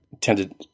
tended